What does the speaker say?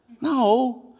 no